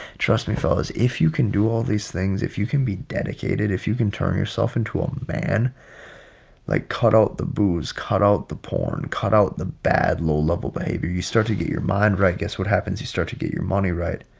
trust me fellas if you can do all these things if you can be dedicated if you can turn yourself into a man like cut out the booze cut out the porn cut out the bad low level baby you start to get your mind right guess what happens? you start to get your money right?